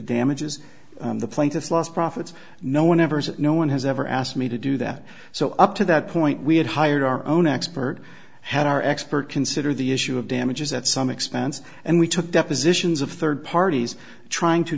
damages the plaintiff lost profits no one ever said no one has ever asked me to do that so up to that point we had hired our own expert had our expert consider the issue of damages at some expense and we took depositions of third parties trying to